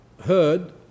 heard